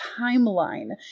timeline